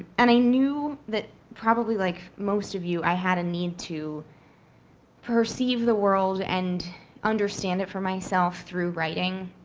and i knew that probably like most of you i had a need to perceive the world and understand it for myself through writing,